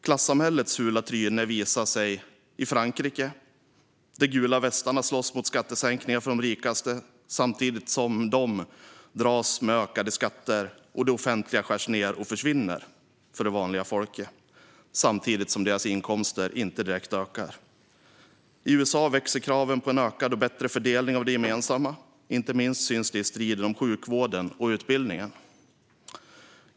Klassamhällets fula tryne visar sig i Frankrike där gula västarna slåss mot skattesänkningar för de rikaste samtidigt som vanligt folk får dras med ökade skatter och nedskärningar i det offentliga medan inkomsterna inte ökar. I USA växer kraven på en ökad och bättre fördelning av det gemensamma. Inte minst syns det i striden om sjukvård och utbildning.